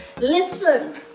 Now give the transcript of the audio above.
listen